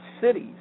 cities